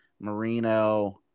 Marino